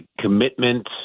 commitment